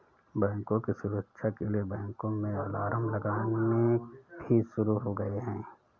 बैंकों की सुरक्षा के लिए बैंकों में अलार्म लगने भी शुरू हो गए हैं